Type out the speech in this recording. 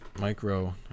Micro